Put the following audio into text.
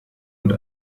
und